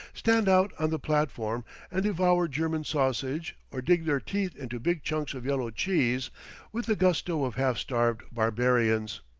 stand out on the platform and devour german sausage or dig their teeth into big chunks of yellow cheese with the gusto of half-starved barbarians.